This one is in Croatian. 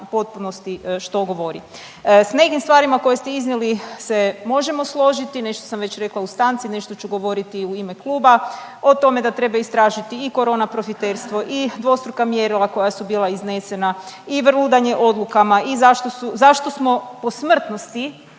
potpunosti što govori. Sa nekim stvarima koje ste iznijeli se možemo složiti, nešto sam već rekla u stanci, nešto ću govoriti i u ime kluba, o tome da treba istražiti i corona profiterstvo i dvostruka mjerila koja su bila iznesena i vrludanje odlukama i zašto smo po smrtnosti